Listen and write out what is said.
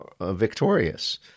victorious